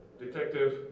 Detective